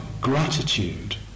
gratitude